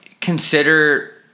consider